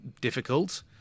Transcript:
difficult